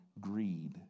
greed